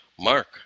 Mark